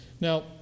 Now